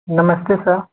नमस्ते सर